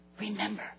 Remember